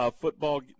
football